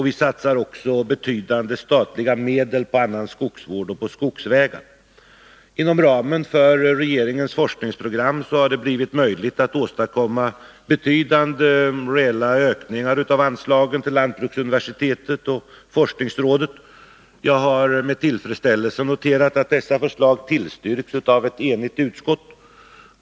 Vi satsar också betydande statliga medel på annan skogsvård och på skogsvägar. Inom ramen för regeringens forskningsprogram har det blivit möjligt att åstadkomma betydande reella ökningar av anslagen till lantbruksuniversitetet och forskningsrådet. Jag har med tillfredsställelse noterat att dessa förslag tillstyrkts av ett enigt utskott.